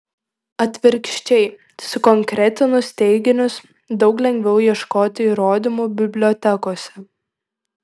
atvirkščiai sukonkretinus teiginius daug lengviau ieškoti įrodymų bibliotekose